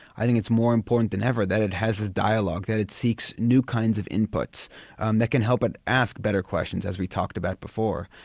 i think it's more important than ever that it has this dialogue, that it seeks new kinds of inputs um that can help it ask better questions, as we talked about before.